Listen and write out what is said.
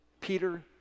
Peter